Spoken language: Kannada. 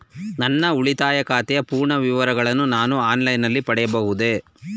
ನನ್ನ ಉಳಿತಾಯ ಖಾತೆಯ ಪೂರ್ಣ ವಿವರಗಳನ್ನು ನಾನು ಆನ್ಲೈನ್ ನಲ್ಲಿ ಪಡೆಯಬಹುದೇ?